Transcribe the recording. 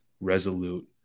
resolute